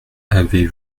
avez